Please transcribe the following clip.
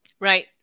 Right